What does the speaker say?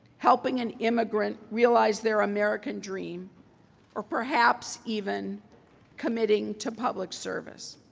helping an immigrant realize their american dream or perhaps even committing to public service.